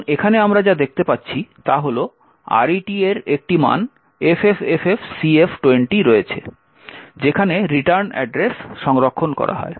এখন আমরা এখানে যা দেখতে পাচ্ছি তা হল RET এর একটি মান FFFFCF20 রয়েছে যেখানে রিটার্ন অ্যাড্রেস সংরক্ষণ করা হয়